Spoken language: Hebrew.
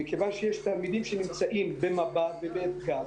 מכיוון שיש תלמידים שנמצאים במב"ר ובאתג"ר